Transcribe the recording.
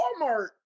Walmart